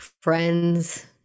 friends